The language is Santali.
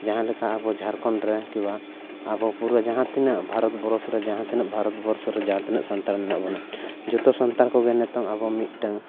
ᱡᱟᱦᱟᱸ ᱞᱮᱠᱟ ᱟᱵᱚ ᱡᱷᱨᱠᱷᱚᱸᱰ ᱨᱮ ᱠᱤᱵᱟ ᱟᱵᱚ ᱯᱩᱨᱟᱹ ᱡᱟᱦᱟᱸ ᱛᱤᱱᱟᱹᱜ ᱵᱷᱟᱨᱚᱛᱵᱚᱨᱚᱥᱨᱮ ᱡᱟᱦᱟᱸ ᱛᱤᱱᱟᱹᱜ ᱵᱷᱟᱨᱚᱛᱵᱚᱨᱥᱚᱨᱮ ᱡᱟᱦᱟᱸ ᱛᱤᱱᱟᱹᱜ ᱥᱟᱱᱛᱟᱲ ᱢᱮᱱᱟᱜ ᱵᱚᱱᱟ ᱡᱚᱛᱚ ᱥᱟᱱᱛᱟᱲ ᱠᱚᱜᱮ ᱱᱤᱛᱚᱝ ᱟᱵᱚ ᱢᱤᱫᱴᱟᱝ